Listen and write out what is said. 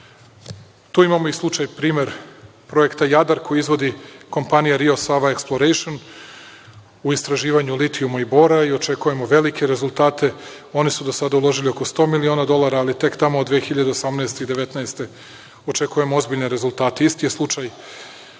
Tu imamo i slučaj, primer Projekta „Jadar“ koji izvodi kompanija „Rios Ava Eksplorejšn“ u istraživanju litijuma i bora i očekujemo velike rezultate. Oni su do sada uložili oko 100.000.000 dolara, ali tek tamo od 2018. i 2019. godine očekujemo ozbiljne rezultate. Isti je slučaj